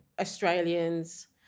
Australians